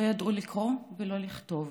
לא ידעו לקרוא ולא לכתוב.